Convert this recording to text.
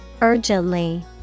Urgently